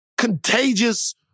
contagious